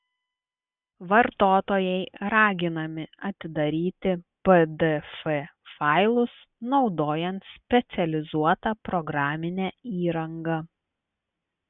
vartotojai raginami atidaryti pdf failus naudojant specializuotą programinę įrangą